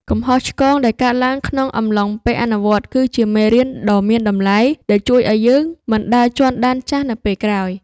កំហុសឆ្គងដែលកើតឡើងក្នុងអំឡុងពេលអនុវត្តគឺជាមេរៀនដ៏មានតម្លៃ ដែលជួយឱ្យយើងមិនដើរជាន់ដានចាស់នៅពេលក្រោយ។